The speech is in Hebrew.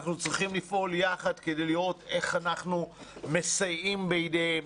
אנחנו צריכים לפעול יחד כדי לראות איך אנחנו מסייעים בידיהם.